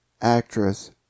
Actress